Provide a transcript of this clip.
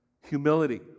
Humility